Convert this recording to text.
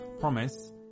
promise